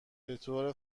بطور